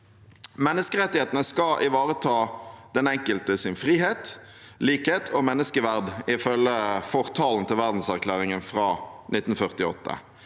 Menneskerettighetene skal ivareta den enkeltes frihet, likhet og menneskeverd, ifølge fortalen til verdenserklæringen fra 1948,